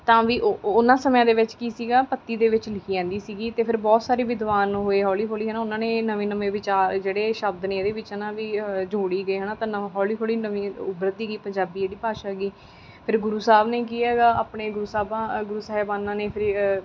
ਤਾਂ ਵੀ ਉਹ ਉਹਨਾਂ ਸਮਿਆਂ ਦੇ ਵਿੱਚ ਕੀ ਸੀਗਾ ਪੱਤੀ ਦੇ ਵਿੱਚ ਲਿਖੀ ਜਾਂਦੀ ਸੀਗੀ ਅਤੇ ਫਿਰ ਬਹੁਤ ਸਾਰੇ ਵਿਦਵਾਨ ਹੋਏ ਹੌਲੀ ਹੌਲੀ ਹੈ ਨਾ ਉਹਨਾਂ ਨੇ ਨਵੇਂ ਨਵੇਂ ਵਿਚਾਰ ਜਿਹੜੇ ਸ਼ਬਦ ਨੇ ਇਹਦੇ ਵਿੱਚ ਨਾ ਵੀ ਜੋੜੀ ਗਏ ਹੈ ਨਾ ਤਾਂ ਨਵਾਂ ਹੌਲੀ ਹੌਲੀ ਨਵੀਆਂ ਉੱਭਰਦੀ ਗਈ ਪੰਜਾਬੀ ਜਿਹੜੀ ਭਾਸ਼ਾ ਗੀ ਫਿਰ ਗੁਰੂ ਸਾਹਿਬ ਨੇ ਕੀ ਹੈਗਾ ਆਪਣੇ ਗੁਰੂ ਸਾਹਿਬਾਂ ਗੁਰੂ ਸਾਹਿਬਾਨਾਂ ਨੇ ਫਿਰ